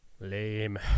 Lame